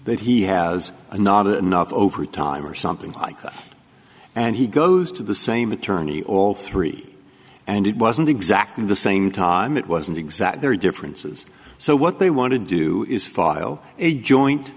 that he has not enough over time or something like that and he goes to the same attorney all three and it wasn't exactly the same time it wasn't exact there are differences so what they want to do is file a joint